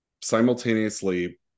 simultaneously